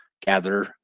gather